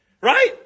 Right